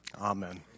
amen